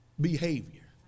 behavior